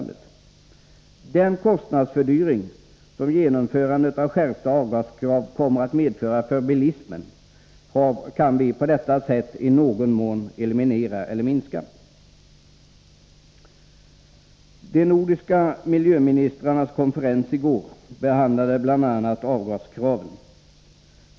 Den kostnadsfördyring som genomförandet av skärpta avgaskrav kommer att medföra för bilismen kan vi på detta sätt i någon mån eliminera eller minska. De nordiska miljöministrarnas konferens i går behandlade bl.a. avgaskraven.